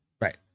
Right